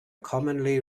commonly